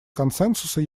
консенсуса